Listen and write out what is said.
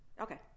Okay